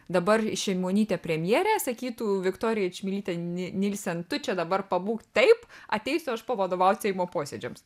dabar šeimonytė premjerė sakytų viktorija čmilytė ni nylsen tu čia dabar pabūk taip ateisiu aš povodovaut seimo posėdžiams